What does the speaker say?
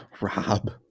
Rob